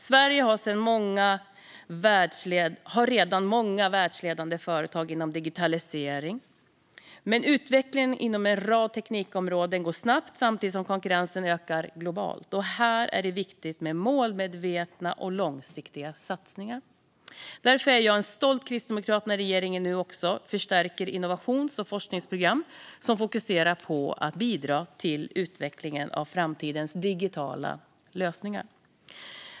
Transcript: Sverige har redan många världsledande företag inom digitalisering, men utvecklingen inom en rad teknikområden går snabbt samtidigt som konkurrensen ökar globalt. Här är det viktigt med målmedvetna och långsiktiga satsningar. Därför är jag en stolt kristdemokrat när regeringen nu också förstärker innovations och forskningsprogram som fokuserar på att bidra till utvecklingen av framtidens digitala lösningar.